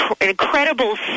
incredible